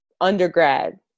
undergrad